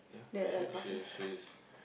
yeah she she is she is